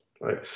right